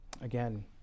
again